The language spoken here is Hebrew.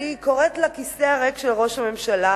אני קוראת לכיסא הריק של ראש הממשלה,